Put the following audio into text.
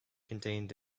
contained